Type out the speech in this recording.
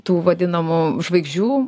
tų vadinamų žvaigždžių